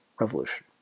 Revolution